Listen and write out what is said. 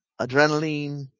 Adrenaline